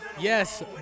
Yes